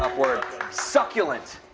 um word. succulent